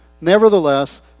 Nevertheless